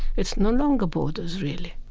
it's no longer borders, really